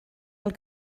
del